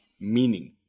meaning